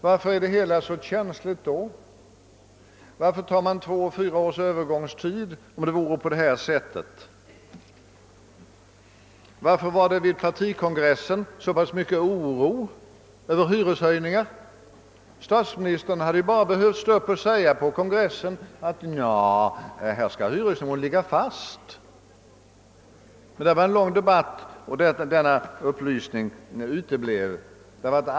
Varför är då allting så känsligt? Varför tar man två-fyra års övergångstid om det förhåller sig på detta sätt? Varför var det vid partikongressen så mycken oro för hyreshöjningar? Statsministern hade ju då bara behövt stå upp och säga till kongressen att hyresnivån skall ligga fast. I stället fördes där en lång debatt, men denna upplysning lämnades inte kongressen.